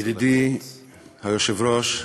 ידידי היושב-ראש,